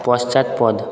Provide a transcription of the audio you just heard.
পশ্চাৎপদ